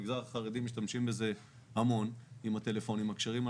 במגזר החרדי משתמשים בזה המון עם הטלפונים הכשרים.